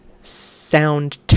sound